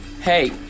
Hey